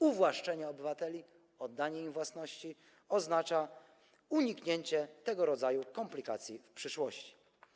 Uwłaszczenie obywateli i oddanie im własności oznaczają uniknięcie tego rodzaju komplikacji w przyszłości.